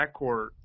backcourt